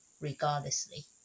regardlessly